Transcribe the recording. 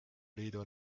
liidu